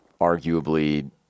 arguably